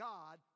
God